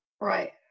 right